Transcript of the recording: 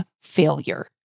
failure